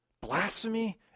blasphemy